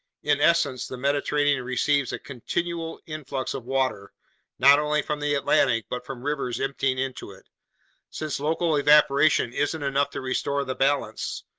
in essence, the mediterranean receives a continual influx of water not only from the atlantic but from rivers emptying into it since local evaporation isn't enough to restore the balance,